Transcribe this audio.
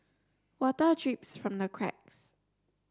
water drips from the cracks